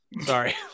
sorry